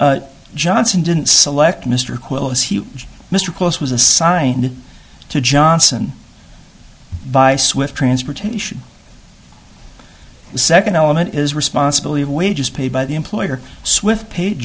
johnson didn't select mr quill as he mr close was assigned to johnson by swift transportation the second element is responsibility of wages paid by the employer swith paid